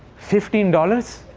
fifteen dollars?